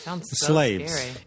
slaves